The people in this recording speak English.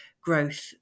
growth